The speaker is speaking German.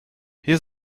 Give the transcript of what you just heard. hier